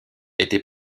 était